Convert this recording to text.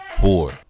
four